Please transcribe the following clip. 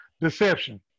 deception